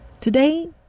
Today